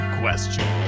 question